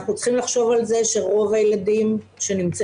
אנחנו צריכים לחשוב על זה שרוב הילדים שנמצאים,